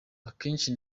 akenshi